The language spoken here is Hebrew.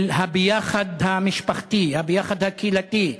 של הביחד המשפחתי, הביחד הקהילתי.